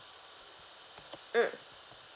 mm